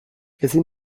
ezin